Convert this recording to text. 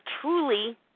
truly